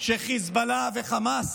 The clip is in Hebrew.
שחיזבאללה וחמאס